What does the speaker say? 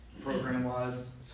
program-wise